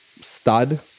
stud